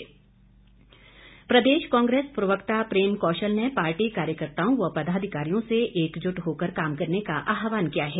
कांग्रेस प्रदेश कांग्रेस प्रवक्ता प्रेम कौशल ने पार्टी कार्यकर्ताओं व पदाधिकारियों से एकजुट होकर काम करने का आहवान किया है